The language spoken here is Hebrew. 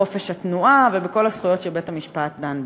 בחופש התנועה ובכל הזכויות שבית-המשפט דן בהן.